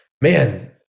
man